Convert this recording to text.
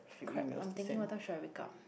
correct I'm thinking what time should I wake up